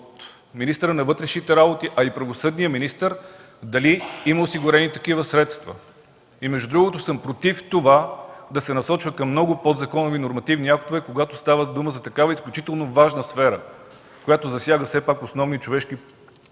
от министъра на вътрешните работи, а и от правосъдния министър – дали има осигурени такива средства. Между другото съм против това да се насочва към много подзаконови нормативни актове, когато става дума за такава изключително важна сфера, която засяга основни човешки